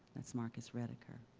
that's marcus rediker.